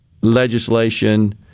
legislation